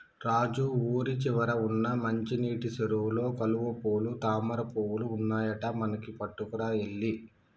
రాజు ఊరి చివర వున్న మంచినీటి సెరువులో కలువపూలు తామరపువులు ఉన్నాయట మనకి పట్టుకురా ఎల్లి